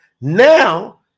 Now